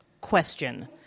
question